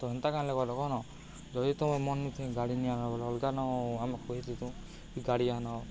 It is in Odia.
ତ ହେନ୍ତା କାଁହେଲେ ଗଲେ କ'ଣ ଯଦି ତ ମୁଁ ଗାଡ଼ି ନେଇ ଆନ୍ବ ଅଲଗା ନା ଆମେ କହିଥିତୁ କି ଗାଡ଼ି ଆନ